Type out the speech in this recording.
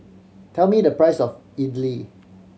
tell me the price of idly